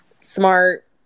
smart